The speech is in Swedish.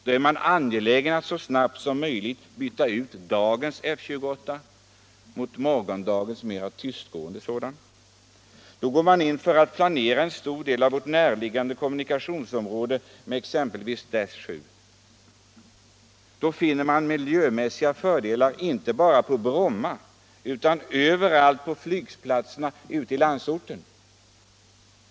Då är man angelägen om att så snabbt som möjligt byta ut dagens F-28 mot morgondagens mer tystgående plan. Då går man in för att planera en stor del av vårt närliggande kommunikationsområde med exempelvis Dash 7. Då vinner man miljömässiga fördelar inte bara på Bromma utan över allt på flygplatserna ute i landsorten.